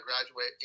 graduate